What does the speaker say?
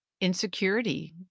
insecurity